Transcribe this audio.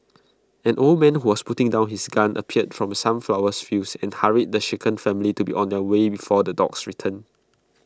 an old man who was putting down his gun appeared from the sunflowers fields and hurried the shaken family to be on their way before the dogs return